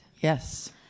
Yes